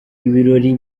ibirori